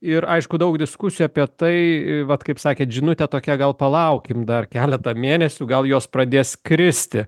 ir aišku daug diskusijų apie tai vat kaip sakėt žinutė tokia gal palaukim dar keletą mėnesių gal jos pradės kristi